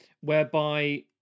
whereby